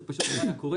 זה פשוט לא היה קורה.